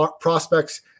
prospects